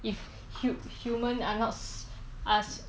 if hu~ human are not s~ us